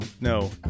no